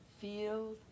Feel